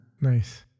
Nice